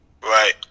Right